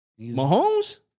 Mahomes